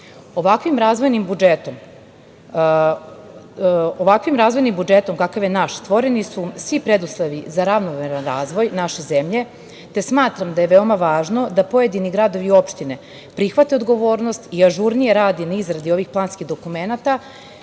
dozvolu. Ovakvim razvojnim budžetom kakav je naš stvoreni su svi preduslovi za ravnomeran razvoj naše zemlje, te smatram da je veoma važno da pojedini gradovi i opštine prihvate odgovornost i ažurnije rade na izradi ovih planskih dokumenata.